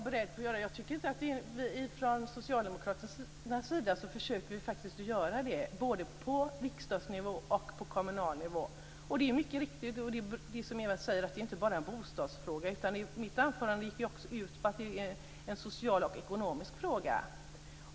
Fru talman! Från socialdemokraternas sida försöker vi faktiskt att göra det, både på riksdagsnivå och på kommunal nivå. Det är, precis som Ewa Thalén Finné säger, inte bara en bostadsfråga. Mitt anförande gick också ut på att det är en social och ekonomisk fråga.